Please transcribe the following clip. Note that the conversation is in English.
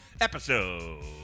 episode